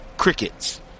Crickets